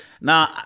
Now